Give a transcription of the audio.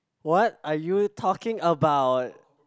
what are you talking about